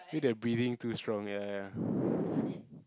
feel that breathing too strong ya ya ya